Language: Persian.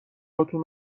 هاتون